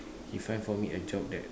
he find for me a job that